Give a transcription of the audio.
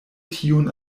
tiun